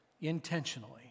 intentionally